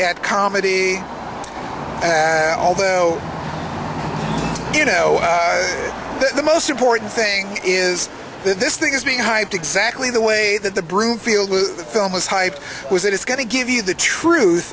at comedy although you know the most important thing is that this thing is being hyped exactly the way that the broomfield with the film was hype was it is going to give you the truth